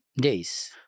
days